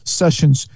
sessions